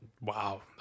Wow